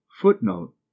Footnote